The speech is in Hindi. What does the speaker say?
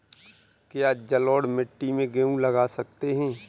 क्या जलोढ़ मिट्टी में गेहूँ लगा सकते हैं?